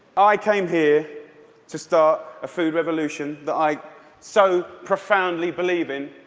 i came here to start a food revolution that i so profoundly believe in.